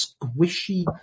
squishy